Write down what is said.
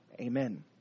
Amen